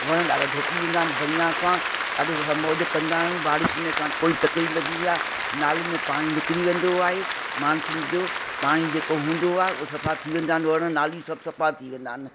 वण ॾाढा धोपी वेंदा आहिनि बढ़िया सां ॾाढो त सभु मौज कंदा आहियूं बारिश में असांखे कोई तकलीफ़ न थींदी आहे नालियुनि में पाणी निकरी वेंदो आहे मानसून जो पाणी जेको हूंदो आहे उहो सफ़ा थी वेंदा आहिनि वण नाली सभु सफ़ा थी वेंदा आहिनि